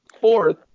fourth